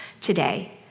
today